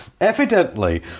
evidently